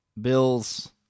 Bills